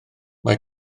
mae